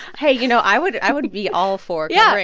hey, you know, i would i would be all for. yeah.